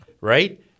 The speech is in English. right